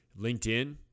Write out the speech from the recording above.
LinkedIn